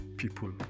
People